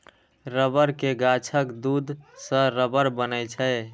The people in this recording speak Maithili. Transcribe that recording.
रबड़ के गाछक दूध सं रबड़ बनै छै